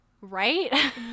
right